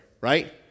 right